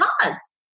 cause